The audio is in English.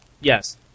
Yes